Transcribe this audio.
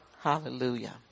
Hallelujah